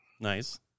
nice